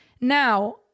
Now